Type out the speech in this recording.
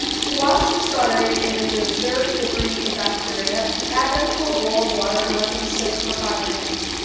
to wash the strawberries and remove dirt, debris and bacteria, add them to a bowl of water and let them soak for five minutes.